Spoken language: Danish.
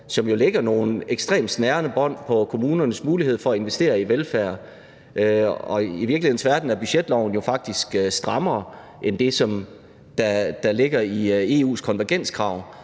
som jo lægger nogle ekstremt snærende bånd på kommunernes mulighed for at investere i velfærd. I virkelighedens verden er budgetloven jo faktisk strammere end det, som ligger i EU's konvergenskrav.